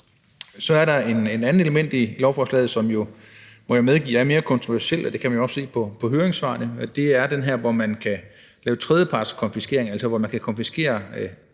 Så er der et andet element i lovforslaget, som jo, må jeg medgive, er mere kontroversielt, og det kan man også se på høringssvarene. Det er det her med, at man kan lave tredjepartskonfiskering. Altså, man kan konfiskere